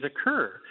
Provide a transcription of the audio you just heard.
occur